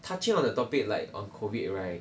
touching on the topic like on COVID right